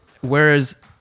Whereas